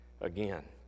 again